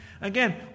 Again